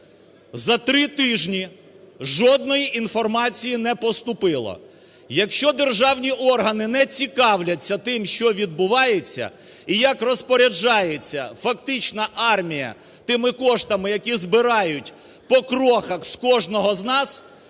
За три тижні жодної інформації не поступило. Якщо державні органи не цікавляться тим, що відбувається і як розпоряджається фактично армія тими коштами, які збирають по крохах з кожного з нас,